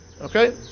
Okay